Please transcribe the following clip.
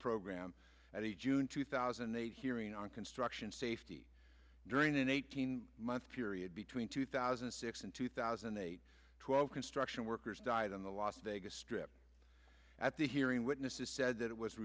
program at the june two thousand and eight hearing on construction safety during an eighteen month period between two thousand and six and two thousand and eight twelve construction workers died on the las vegas strip at the hearing witnesses said that it was